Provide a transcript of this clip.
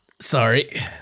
Sorry